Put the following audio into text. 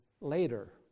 later